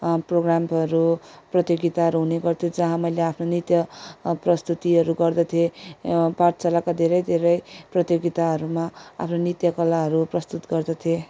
प्रोगामहरू प्रतियोगिताहरू हुने गर्थ्यो जहाँ मैले आफ्नो नृत्य प्रस्तुतिहरू गर्दथे पाठशालाका धेरैधेरै प्रतियोगिताहरूमा आफ्नो नृत्यकलाहरू प्रस्तुत गर्दथे